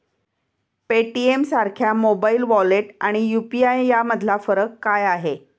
पेटीएमसारख्या mobile wallet आणि UPI यामधला फरक काय आहे?